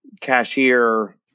cashier